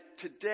today